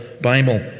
Bible